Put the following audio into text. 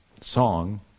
song